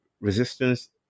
resistance